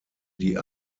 die